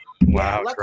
wow